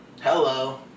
Hello